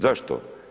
Zašto?